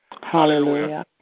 Hallelujah